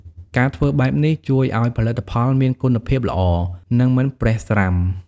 ការធ្វើបែបនេះជួយឱ្យផលិតផលមានគុណភាពល្អ និងមិនប្រេះស្រាំ។